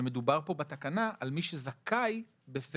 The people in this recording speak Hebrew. שמדובר פה בתקנה על מי שזכאי בפברואר.